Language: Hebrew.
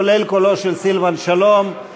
כולל קולו של סילבן שלום,